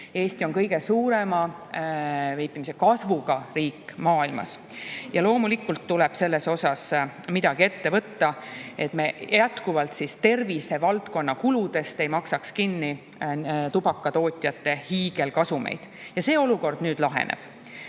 Eesti on kõige suurema veipimise kasvuga riik maailmas. Loomulikult tuleb midagi ette võtta, et me jätkuvalt ei maksaks tervisevaldkonna kuludest kinni tubakatootjate hiigelkasumeid. Ja see olukord nüüd laheneb.